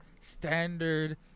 Standard